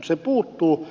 se puuttuu